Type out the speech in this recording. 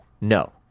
no